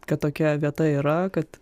kad tokia vieta yra kad